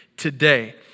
Today